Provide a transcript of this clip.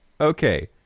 Okay